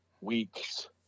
weeks